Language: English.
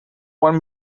want